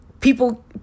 people